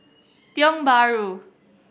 Tiong Bahru